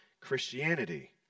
Christianity